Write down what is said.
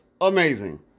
amazing